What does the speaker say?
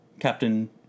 captain